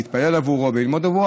להתפלל עבורו וללמוד עבורו,